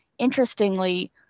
Interestingly